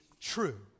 true